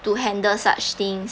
to handle such things